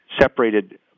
separated